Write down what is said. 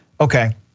okay